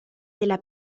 della